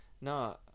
No